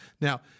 Now